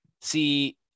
See